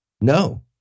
No